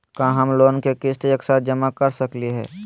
का हम लोन के किस्त एक साथ जमा कर सकली हे?